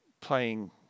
playing